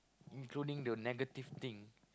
including the negative thing